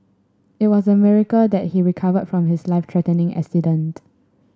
it was a miracle that he recovered from his life threatening accident